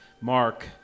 Mark